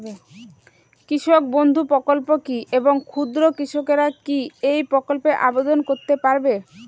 কৃষক বন্ধু প্রকল্প কী এবং ক্ষুদ্র কৃষকেরা কী এই প্রকল্পে আবেদন করতে পারবে?